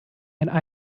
and